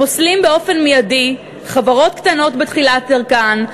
פוסלים באופן מיידי חברות קטנות בתחילת דרכן,